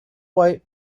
white